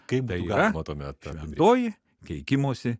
kaip beje o tuomet šventoji keikimosi